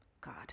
God